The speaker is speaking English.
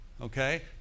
Okay